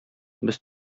без